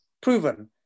proven